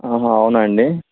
ఆహా అవునా అండి